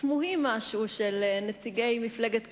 תמוהים משהו של נציגי מפלגת קדימה,